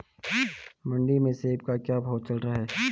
मंडी में सेब का क्या भाव चल रहा है?